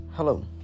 hello